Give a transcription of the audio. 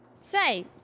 Say